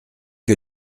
que